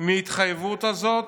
מההתחייבות הזאת,